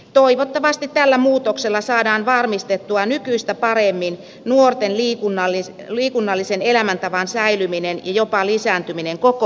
toivottavasti tällä muutoksella saadaan varmistettua nykyistä paremmin nuorten liikunnallisen elämäntavan säilyminen ja jopa lisääntyminen koko opiskelun ajan